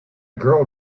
girl